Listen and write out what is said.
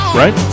right